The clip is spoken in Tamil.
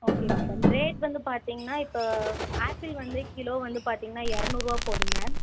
ஓகே மேடம் ரேட் வந்து பார்த்திங்கன்னா இப்போ ஆப்பிள் வந்து கிலோ வந்து பார்த்திங்கன்னா இரநூறு போகுது மேம்